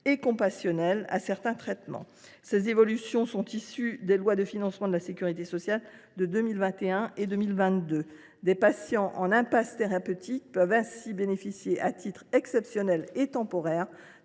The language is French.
et compassionnel à certains traitements, évolutions issues des lois de financement de la sécurité sociale pour 2021 et pour 2022. Des patients en impasse thérapeutique peuvent ainsi bénéficier à titre exceptionnel et temporaire